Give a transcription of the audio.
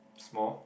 small